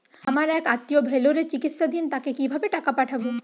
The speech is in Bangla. আমার এক আত্মীয় ভেলোরে চিকিৎসাধীন তাকে কি ভাবে টাকা পাঠাবো?